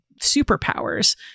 superpowers